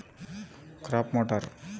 ಶೇಂಗಾಕಾಯಿ ಬಿಡಿಸುವ ಯಂತ್ರ ಯಾವುದು?